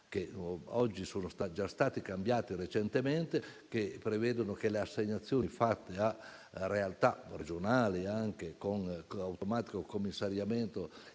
ma sono stati cambiati recentemente - che prevedono che le assegnazioni fatte a realtà regionali, anche con l'automatico commissariamento